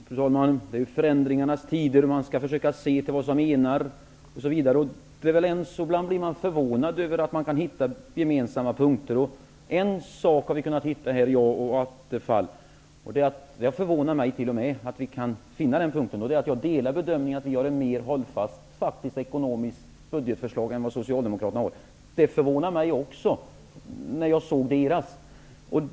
Fru talman! Det är förändringarnas tid. Man skall försöka se till vad som enar osv. Ibland blir man förvånad över att man kan hitta gemensamma punkter. En sak som Stefan Attefall och jag har gemensamt -- jag är förvånad över det -- är att vi gör samma bedömning, nämligen att Vänsterpartiet faktiskt har ett hållbarare budgetförslag än Socialdemokraterna. Jag blev förvånad när jag såg deras förslag.